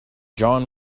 john